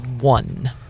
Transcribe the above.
one